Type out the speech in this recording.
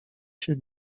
się